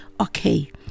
okay